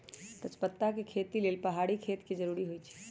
तजपत्ता के खेती लेल पहाड़ी खेत के जरूरी होइ छै